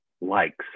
likes